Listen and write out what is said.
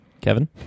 Kevin